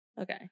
Okay